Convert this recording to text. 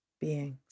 beings